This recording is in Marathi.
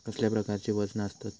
कसल्या प्रकारची वजना आसतत?